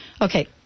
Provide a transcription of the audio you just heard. Okay